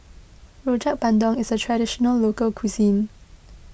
Rojak Bandung is a Traditional Local Cuisine